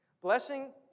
blessing